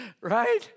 Right